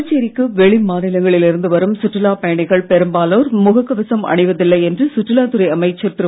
புதுச்சேரிக்கு வெளி மாநிலங்களில் இருந்து வரும் சுற்றுலாப் பயணிகள் பெரும்பாலனோர் முகக் கவசம் அணிவதில்லை என்று சுற்றுலாத் துறை அமைச்சர் திரு